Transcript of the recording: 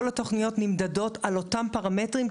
כל התוכניות נמדדות על אותם פרמטרים,